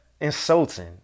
insulting